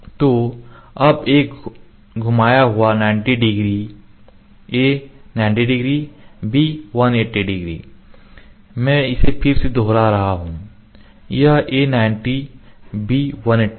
तो अब एक घुमाया हुआ 90 डिग्री a 90 डिग्री b 180 मैं इसे फिर से दोहराता हूं यह a 90 b 180 है